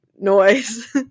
noise